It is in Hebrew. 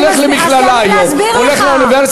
הוא הולך למכללה היום, הוא הולך לאוניברסיטה.